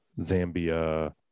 Zambia